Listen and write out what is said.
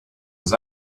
was